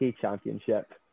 championship